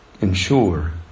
ensure